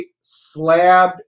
slab